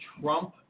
Trump